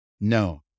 No